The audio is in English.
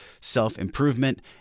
self-improvement